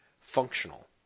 functional